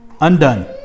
Undone